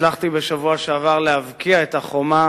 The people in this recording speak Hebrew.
הצלחתי בשבוע שעבר להבקיע את החומה